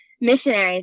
missionaries